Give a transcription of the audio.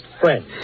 friend